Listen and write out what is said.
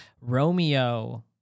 Romeo